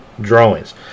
drawings